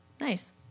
Nice